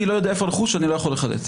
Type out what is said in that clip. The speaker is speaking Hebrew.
לא יודע איפה הרכוש אני לא יכול לחלט.